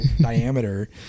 diameter